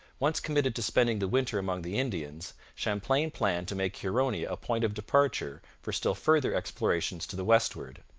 once committed to spending the winter among the indians, champlain planned to make huronia a point of departure for still further explorations to the westward.